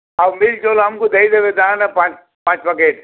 ଆଉ ମିଲ୍ ଚଉଲ୍ ଆମ୍କୁ ଦେଇଦେବେ ତା' ହେଲେ ପାଞ୍ଚ୍ ପାଞ୍ଚ୍ ପ୍ୟାକେଟ୍